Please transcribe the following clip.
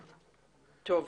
לא, גם במועצות המקומיות זה נוצר.